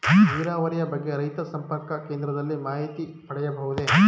ನೀರಾವರಿಯ ಬಗ್ಗೆ ರೈತ ಸಂಪರ್ಕ ಕೇಂದ್ರದಲ್ಲಿ ಮಾಹಿತಿ ಪಡೆಯಬಹುದೇ?